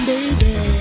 Baby